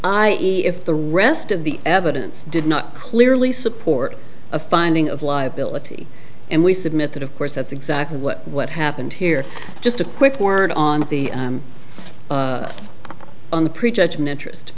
even if the rest of the evidence did not clearly support a finding of liability and we submit that of course that's exactly what what happened here just a quick word on the on the pre judgment interest